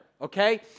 okay